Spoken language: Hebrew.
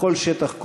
בכל שטח כלשהו,